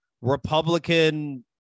Republican